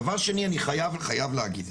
דבר שני, אני חייב להגיד,